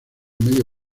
medio